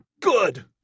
good